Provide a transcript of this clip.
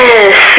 Yes